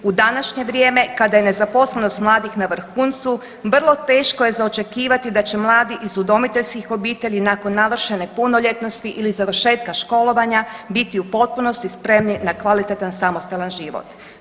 U današnje vrijeme kada je nezaposlenost mladih na vrhuncu vrlo teško je za očekivati da će mladi iz udomiteljskih obitelji nakon navršene punoljetnosti ili završetka školovanja biti u potpunosti spremni na kvalitetan samostalan život.